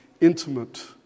intimate